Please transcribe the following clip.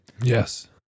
Yes